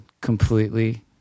completely